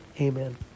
Amen